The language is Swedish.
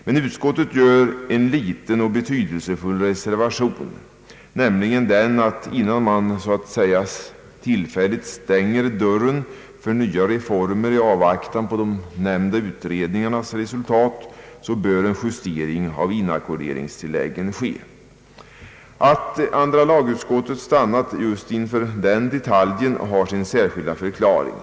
Men utskottet gör en liten men betydelsefull reservation, nämligen att en justering av inackorderingstilläggen bör ske, innan man så att säga tillfälligt stänger dörren för nya reformer i avvaktan på de nämnda utredningarnas resultat. Att andra lagutskottet stannat just inför denna detalj har sin särskilda för klaring.